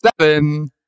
seven